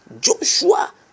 Joshua